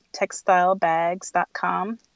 textilebags.com